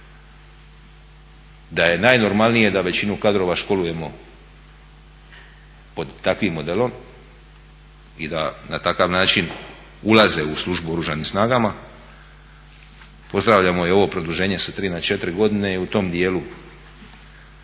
da je najnormalnije da većinu kadrova školujemo pod takvim modelom i da na takav način ulaze u službu u Oružanim snagama. Pozdravljamo i ovo produženje sa 3 na četiri godine i u tom dijelu,